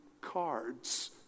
cards